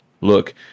look